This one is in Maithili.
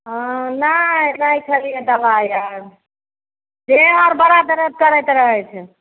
हँ नहि नहि खेलियै दवाइ आइ देह हाथ बड़ा दर्द करैत रहै छै